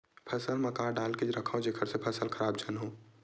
फसल म का डाल के रखव जेखर से फसल खराब झन हो?